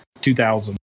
2000